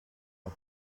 but